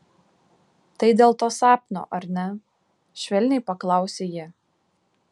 tai dėl to sapno ar ne švelniai paklausė ji